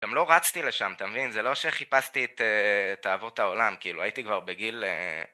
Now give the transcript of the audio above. גם לא רצתי לשם, אתה מבין, זה לא שחיפשתי את תאוות העולם, כאילו הייתי כבר בגיל